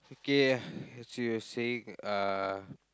K ah as you were saying uh